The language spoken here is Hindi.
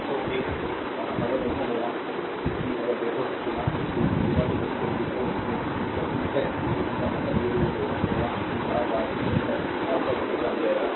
तो एक अगर देखो कि अगर देखो कि v0 24 वोल्ट कि है इसका मतलब है यदि देखो कि एक बार फिर से करंट वास्तव में इस दिशा में बह रहा है